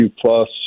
plus